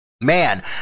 Man